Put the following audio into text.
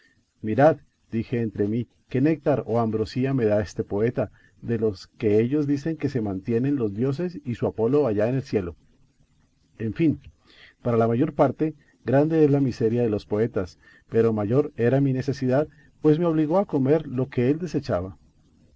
mirad dije entre mí qué néctar o ambrosía me da este poeta de los que ellos dicen que se mantienen los dioses y su apolo allá en el cielo en fin por la mayor parte grande es la miseria de los poetas pero mayor era mi necesidad pues me obligó a comer lo que él desechaba